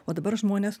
o dabar žmonės